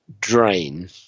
drain